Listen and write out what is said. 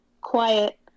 quiet